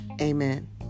Amen